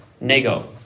Nego